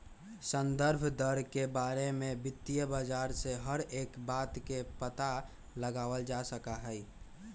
संदर्भ दर के बारे में वित्तीय बाजार से हर एक बात के पता लगावल जा सका हई